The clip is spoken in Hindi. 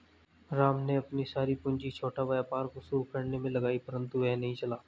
राम ने अपनी सारी पूंजी छोटा व्यापार को शुरू करने मे लगाई परन्तु वह नहीं चला